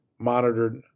monitored